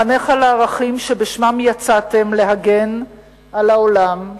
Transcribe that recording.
לחנך על הערכים שבשמם יצאתם להגן על העולם,